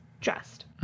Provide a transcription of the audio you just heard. dressed